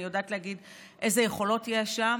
ואני יודעת להגיד אילו יכולות יש שם,